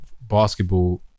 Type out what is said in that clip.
basketball